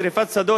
שרפת שדות,